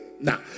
now